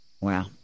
Wow